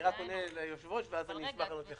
אני רק עונה ליושב-ראש, ואז אני אשמח לענות לך.